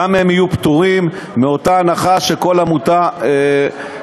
גם הן יהיו פטורות, אותה הנחה שכל עמותה מקבלת.